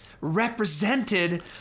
represented